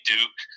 Duke